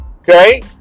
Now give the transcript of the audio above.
Okay